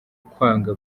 kwanga